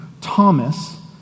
Thomas